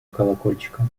колокольчиков